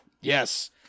Yes